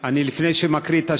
אני, אין לי תשובה.